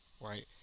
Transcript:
right